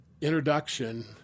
introduction